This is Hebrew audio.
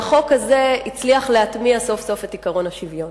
והחוק הזה הצליח להטמיע סוף-סוף את עקרון השוויון.